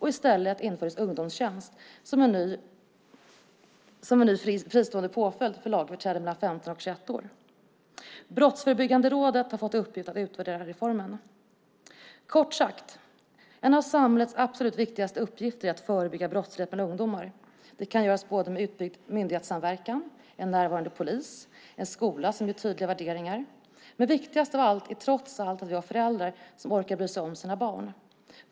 I stället infördes ungdomstjänst som en ny fristående påföljd för lagöverträdare mellan 15 och 21 år. Brottsförebyggande rådet har fått i uppgift att utvärdera reformen. Kort sagt är en av samhällets absolut viktigaste uppgifter att förebygga brottslighet bland ungdomar. Det kan göras genom utbyggd myndighetssamverkan, en närvarande polis och en skola som ger tydliga värderingar. Viktigast är emellertid att vi har föräldrar som orkar bry sig om sina barn.